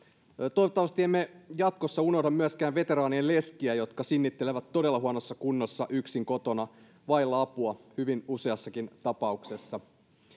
toivottavasti emme jatkossa unohda myöskään veteraanien leskiä jotka sinnittelevät todella huonossa kunnossa yksin kotona vailla apua hyvin useassakin tapauksessa